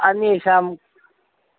अन्येषां